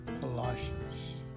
Colossians